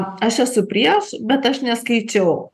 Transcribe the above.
aš esu prieš bet aš neskaičiau